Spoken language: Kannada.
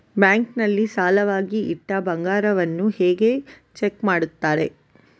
ಬ್ಯಾಂಕ್ ನಲ್ಲಿ ಸಾಲವಾಗಿ ಇಟ್ಟ ಬಂಗಾರವನ್ನು ಹೇಗೆ ಚೆಕ್ ಮಾಡುತ್ತಾರೆ?